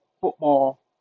football